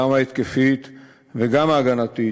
גם ההתקפית וגם ההגנתית,